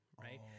right